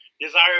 desire